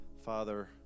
Father